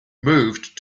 moved